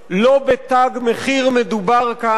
לא בתג מחיר מדובר כאן,